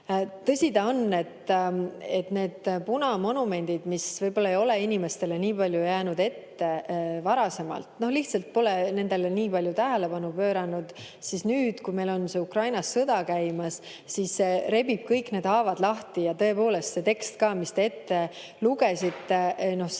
Tõsi ta on, et need punamonumendid, mis võib-olla ei ole inimestele nii palju jäänud ette varasemalt, lihtsalt pole nendele nii palju tähelepanu pööratud, siis nüüd, kui meil on Ukrainas sõda käimas, see rebib kõik need haavad lahti ja tõepoolest see tekst ka, mis te ette lugesite,